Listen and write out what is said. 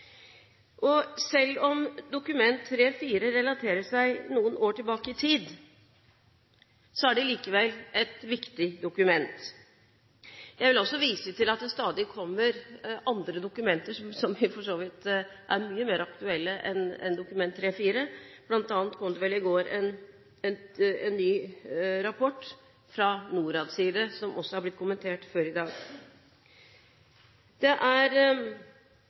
Selv om Dokument 3:4 for 2010–2011 relaterer seg noen år tilbake i tid, er det likevel et viktig dokument. Jeg vil også vise til at det stadig kommer andre dokumenter som for så vidt er mye mer aktuelle enn Dokument 3:4, bl.a. kom det vel i går en ny rapport fra Norad, som også er blitt kommentert før i dag. Det er